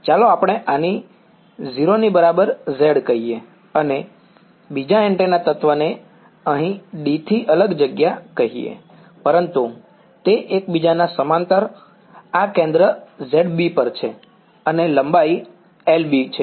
ચાલો આપણે આને 0 ની બરાબર z કહીએ અને બીજા એન્ટેના તત્વને અહીં d થી અલગ જગ્યા કહીએ પરંતુ તે એકબીજાના સમાંતર આ કેન્દ્ર ZB પર છે અને લંબાઈ LB છે